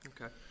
Okay